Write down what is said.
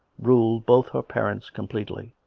ruled both her parents completely